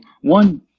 one